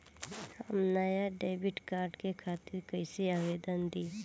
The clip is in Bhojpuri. हम नया डेबिट कार्ड के खातिर कइसे आवेदन दीं?